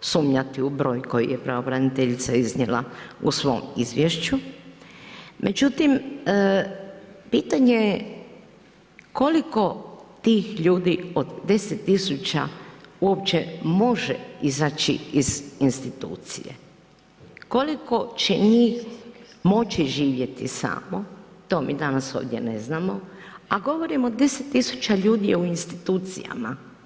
sumnjati u broj koji je pravobraniteljica iznijela u svom izvješću, međutim pitanje koliko tih ljudi od 10.000 uopće može izaći iz institucije? koliko će njih moći živjeti samo, to mi danas ovdje ne znamo, a govorimo o 10.000 u institucijama.